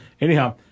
Anyhow